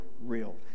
real